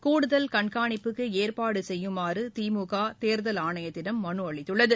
கூடுதல் கண்காணிப்புக்கு ஏற்பாடு செய்யுமாறு திமுக தேர்தல் ஆணையத்திடம் மனு அளித்துள்ளது